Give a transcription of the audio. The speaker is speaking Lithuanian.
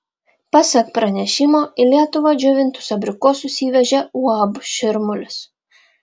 pasak pranešimo į lietuvą džiovintus abrikosus įvežė uab širmulis